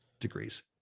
degrees